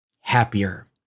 happier